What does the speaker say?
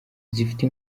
zifite